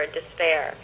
despair